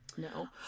No